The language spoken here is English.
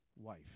wife